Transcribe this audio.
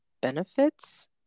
benefits